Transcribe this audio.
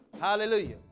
Hallelujah